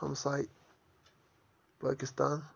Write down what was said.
ہَمساے پٲکِستان